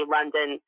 London